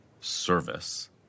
service